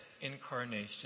incarnation